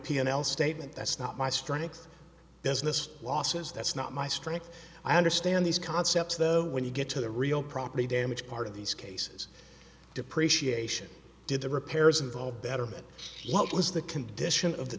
l statement that's not my strength business losses that's not my strength i understand these concepts though when you get to the real property damage part of these cases depreciation did the repairs and all betterment what was the condition of the